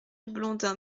blondin